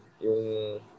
yung